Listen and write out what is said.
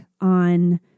on